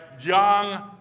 Young